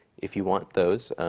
if you want those,